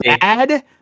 bad